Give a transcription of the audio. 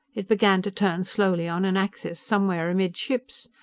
it began to turn slowly on an axis somewhere amidships.